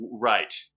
right